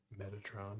Metatron